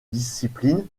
discipline